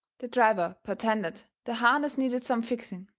the driver pertended the harness needed some fixing,